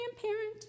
grandparent